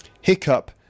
Hiccup